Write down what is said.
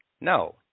No